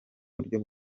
buryo